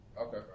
Okay